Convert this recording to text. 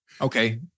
Okay